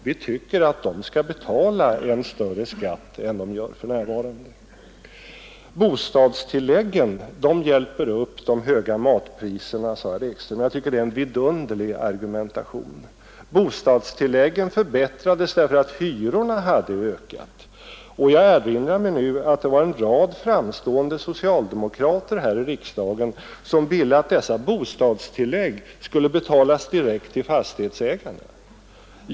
Vi tycker att de skall betala en större skatt än de för närvarande gör. Bostadstilläggen hjälper upp de höga matpriserna, sade herr Ekström. Jag tycker att det är en vidunderlig argumentation. Bostadstilläggen förbättrades därför att hyrorna hade ökat. Jag erinrar mig nu att det var en rad framstående socialdemokrater här i riksdagen som ville att dessa bostadstillägg skulle betalas direkt till fastighetsägarna.